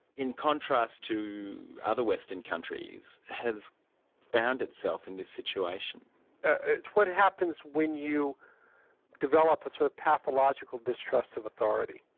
in contrast to other western countries, has found itself in this situation? it's what happens when you develop a sort of pathological distrust of authority.